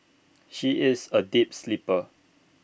she is A deep sleeper